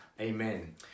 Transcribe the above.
Amen